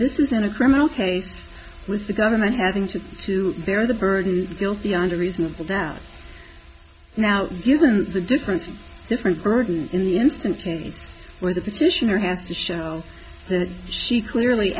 this is in a criminal case with the government having to bear the burden of guilt beyond a reasonable doubt now given the different different burden in the instance where the petitioner has to show that she clearly